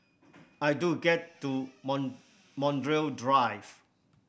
I do get to Montreal Drive